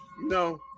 no